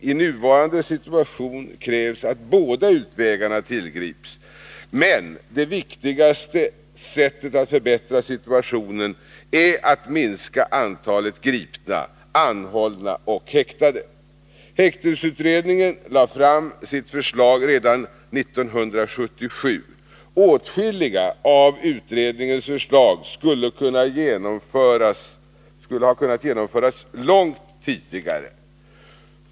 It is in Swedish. I nuvarande situation krävs att båda utvägarna tillgrips, men det viktigaste sättet att förbättra situationen är att minska antalet gripna, anhållna och häktade. Häktningsutredningen lade fram sitt förslag redan 1977. Åtskilliga av utredningens förslag skulle ha kunnat genomföras långt tidigare.